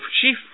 chief